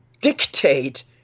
dictate